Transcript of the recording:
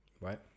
Right